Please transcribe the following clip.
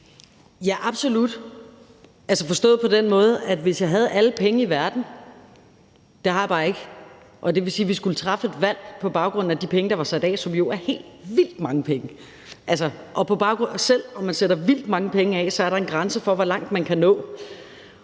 Ja, absolut, altså forstået på den måde, at hvis jeg havde alle penge i verden – det har jeg bare ikke – og vi skulle træffe et valg på baggrund af de penge, der var sat af, som jo er helt vildt mange penge, så er der en grænse for, hvor langt man kan nå.